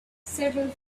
several